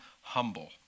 humble